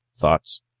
Thoughts